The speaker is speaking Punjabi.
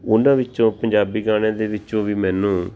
ਉਹਨਾਂ ਵਿੱਚੋਂ ਪੰਜਾਬੀ ਗਾਣਿਆਂ ਦੇ ਵਿੱਚੋਂ ਵੀ ਮੈਨੂੰ